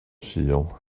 sul